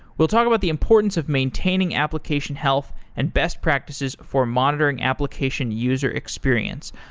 we'll talk about the importance of maintaining application health and best practices for monitoring application user experience.